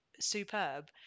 superb